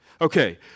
Okay